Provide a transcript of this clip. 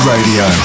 Radio